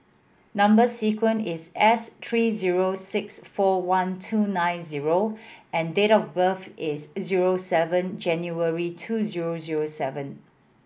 number sequence is S three zero six four one two nine zero and date of birth is zero seven January two zero zero seven